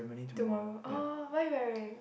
tomorrow oh what are you wearing